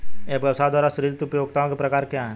एक व्यवसाय द्वारा सृजित उपयोगिताओं के प्रकार क्या हैं?